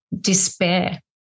despair